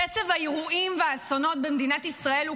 קצב האירועים והאסונות במדינת ישראל הוא